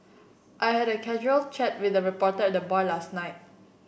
I had a casual chat with a reporter at the bar last night